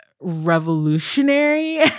revolutionary